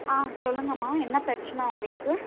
ஆ சொல்லுங்கம்மா என்ன பிரச்சன்னை உங்களுக்கு